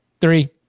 three